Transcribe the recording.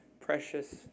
precious